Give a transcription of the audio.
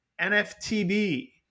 nftb